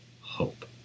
hope